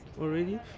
already